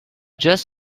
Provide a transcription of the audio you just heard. just